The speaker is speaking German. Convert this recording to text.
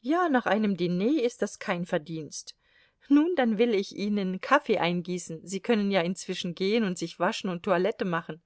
ja nach einem diner ist das kein verdienst nun dann will ich ihnen kaffee eingießen sie können ja inzwischen gehen und sich waschen und toilette machen